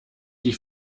die